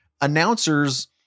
announcers